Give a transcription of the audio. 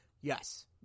Yes